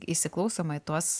įsiklausoma į tuos